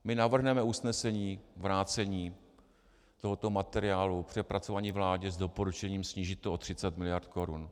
My navrhneme usnesení vrácení tohoto materiálu k přepracování vládě s doporučením snížit to o 30 mld. korun.